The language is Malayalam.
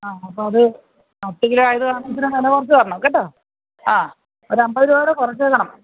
ആ അപ്പോൾ അത് പത്ത് കിലോ ആയത് കാരണം ഇത്ര വില കുറച്ച് തരണം കേട്ടോ ആ ഒരു അമ്പത് രൂപ കൂടെ കുറച്ച് തരണം